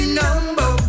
number